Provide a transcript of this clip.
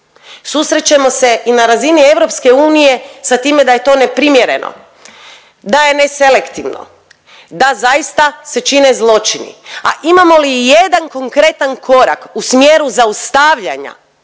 susrećemo se i na razini EU sa time da je to neprimjereno, da je neselektivno, da zaista se čine zločini, a imamo li i jedan konkretan korak u smjeru zaustavljanja